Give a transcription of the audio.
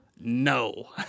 no